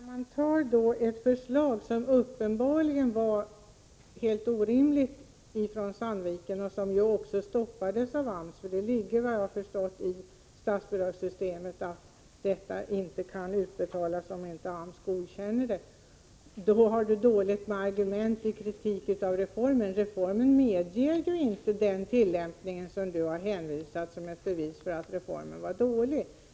Fru talman! I så fall skall jag kanske inte polemisera så mycket mot Bengt Wittbom. Jag måste ändå säga att när man andrar ett exempel som Sandvikenförslaget, som uppenbarligen var orimligt, eftersom det stoppades av AMS -— det ligger såvitt jag förstår i statsbidragssystemets natur att statsbidrag inte kan utbetalas om inte AMS godkänner det — har man ont om argument. Reformen medger ju inte den tillämpning som Bengt Wittbom har hänvisat till som bevis för att reformen var dålig.